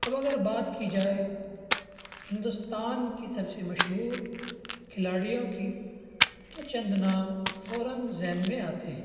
اب اگر بات کی جائے ہندوستان کی سب سے مشہور کھلاڑیوں کی تو چند نام فوراً ذہن میں آتے ہیں